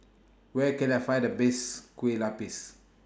Where Can I Find The Best Kue Lupis